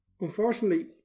unfortunately